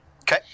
Okay